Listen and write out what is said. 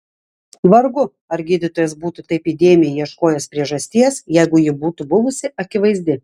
vargu ar gydytojas būtų taip įdėmiai ieškojęs priežasties jeigu ji būtų buvusi akivaizdi